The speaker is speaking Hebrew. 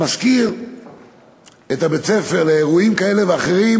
משכיר את בית-הספר לאירועים כאלה ואחרים